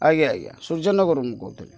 ଆଜ୍ଞା ଆଜ୍ଞା ସୂର୍ଯ୍ୟ ନଗରରୁ ମୁଁ କହୁଥିଲି